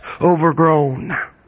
overgrown